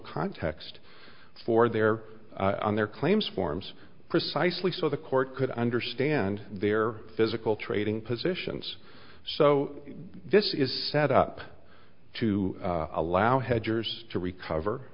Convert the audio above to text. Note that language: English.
context for their on their claims forms precisely so the court could understand their physical trading positions so this is set up to allow hedgers to recover